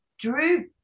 drew